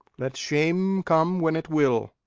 let shame come when it will,